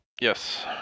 Yes